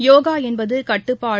யோகாஎன்பதுகட்டுப்பாடு